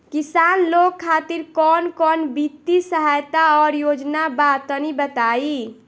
किसान लोग खातिर कवन कवन वित्तीय सहायता और योजना बा तनि बताई?